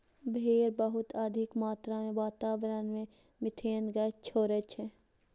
भेड़ बहुत अधिक मात्रा मे वातावरण मे मिथेन गैस छोड़ै छै